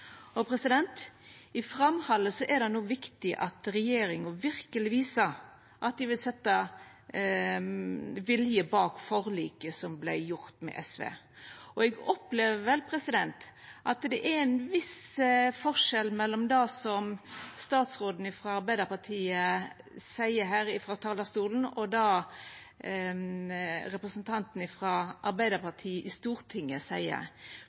I framhaldet er det no viktig at regjeringa verkeleg viser at dei vil setja vilje bak forliket som vart gjort med SV. Eg opplever vel at det er ein viss forskjell mellom det statsråden frå Arbeidarpartiet seier her frå talarstolen, og det representanten frå Arbeidarpartiet i Stortinget seier.